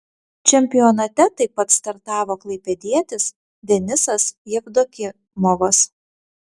čempionate taip pat startavo klaipėdietis denisas jevdokimovas